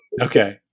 Okay